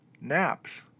naps